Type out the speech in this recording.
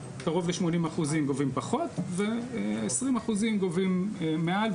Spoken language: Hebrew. קרוב ל-80% גובים פחות ו-20% גובים מעל.